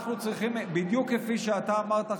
בדיוק כמו שאתה אמרת,